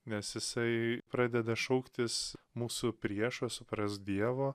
nes jisai pradeda šauktis mūsų priešo suprask dievo